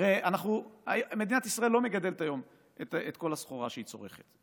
הרי מדינת ישראל לא מגדלת היום את כל הסחורה שהיא צורכת,